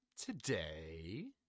today